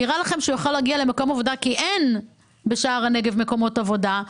נראה לכם שהוא יכול להגיע למקום עבודה כי בשער הנגב אין מקומות עבודה,